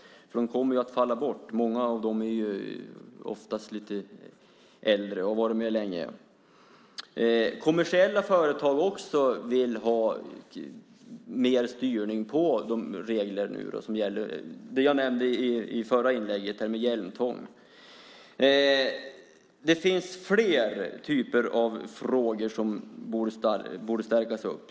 De kommer att falla bort, för många är äldre och har varit med länge. Kommersiella företag vill också ha mer styrning på de regler som gäller. Jag nämnde hjälmtvång i mitt förra inlägg. Det finns fler frågor som borde stärkas.